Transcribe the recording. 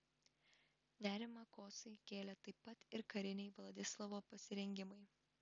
nerimą kosai kėlė taip pat ir kariniai vladislovo pasirengimai